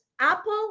Apple